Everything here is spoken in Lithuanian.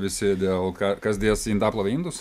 visi dėl ką kas dės į indaplovę indus